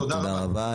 תודה רבה.